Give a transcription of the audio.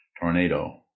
tornado